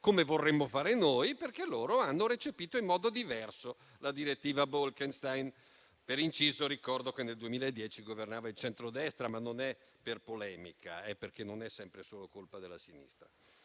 come vorremmo fare noi, perché loro hanno recepito in modo diverso la direttiva Bolkestein. Per inciso, ricordo che nel 2010 governava il centrodestra e non lo dico per polemica, ma perché non è sempre e solo colpa della sinistra.